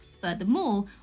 furthermore